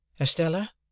Estella